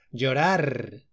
Llorar